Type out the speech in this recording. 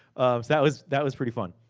um that was that was pretty fun.